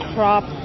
Crop